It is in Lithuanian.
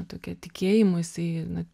tokia tikėjimu jisai na